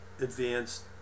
advanced